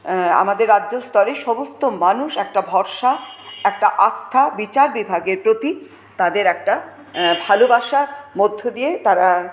আমাদের রাজ্য স্তরে সমস্ত মানুষ একটা ভরসা একটা আস্থা বিচার বিভাগের প্রতি তাদের একটা ভালোবাসার মধ্য দিয়ে তারা